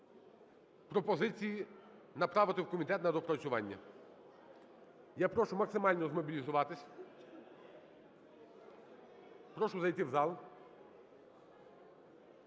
прошу зайти в зал.